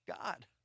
God